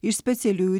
iš specialiųjų